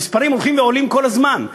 המספרים הולכים ועולים כל הזמן.